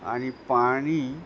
आणि पाणी